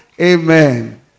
Amen